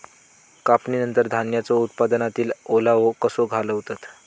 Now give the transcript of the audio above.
कापणीनंतर धान्यांचो उत्पादनातील ओलावो कसो घालवतत?